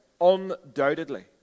Undoubtedly